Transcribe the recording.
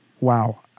Wow